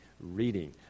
reading